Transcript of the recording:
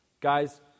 Guys